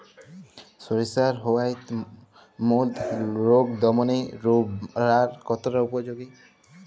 সরিষার white mould রোগ দমনে রোভরাল কতটা উপযোগী?